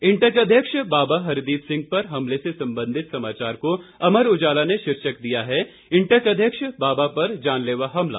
इंटक अध्यक्ष बाबा हरदीप सिंह पर हमले से संबंधित समाचार को अमर उजाला ने शीर्षक दिया है इंटक अध्यक्ष बाबा पर जानलेवा हमला